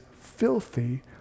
filthy